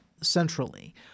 centrally